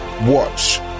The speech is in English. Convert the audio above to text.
watch